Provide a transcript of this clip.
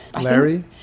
Larry